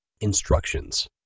Instructions